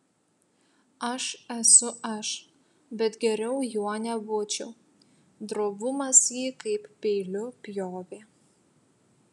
aš esu aš bet geriau juo nebūčiau drovumas jį kaip peiliu pjovė